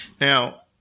Now